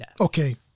okay